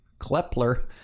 Klepler